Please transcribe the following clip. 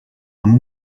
amb